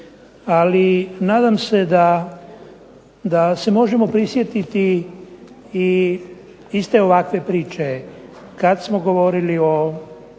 ali nadam se da se možemo prisjetiti i iste ovakve priče kada smo govorili o